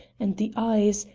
and the eyes,